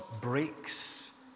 breaks